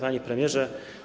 Panie Premierze!